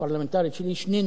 שני נושאים חשובים